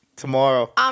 Tomorrow